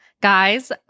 Guys